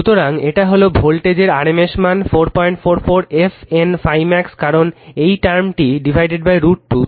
সুতরাং এটা হলো ভোল্টেজের RMS মান 444 f N ∅ max কারণ এই টার্মটি √ 2